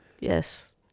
yes